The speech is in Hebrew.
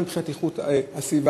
גם מבחינת איכות הסביבה,